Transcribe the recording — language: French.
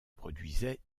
produisait